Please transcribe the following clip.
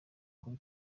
kuri